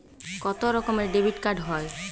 কত রকমের ডেবিটকার্ড হয়?